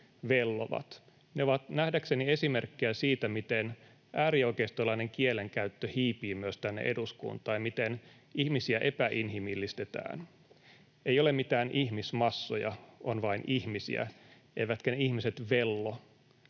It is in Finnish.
vellovat”. Ne ovat nähdäkseni esimerkkejä siitä, miten äärioikeistolainen kielenkäyttö hiipii myös tänne eduskuntaan ja miten ihmisiä epäinhimillistetään. Ei ole mitään ihmismassoja, on vain ihmisiä, eivätkä ihmiset vello,